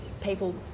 people